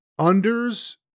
unders